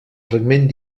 fragment